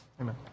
Amen